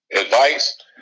advice